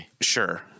sure